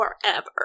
forever